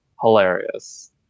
hilarious